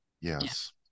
yes